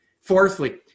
Fourthly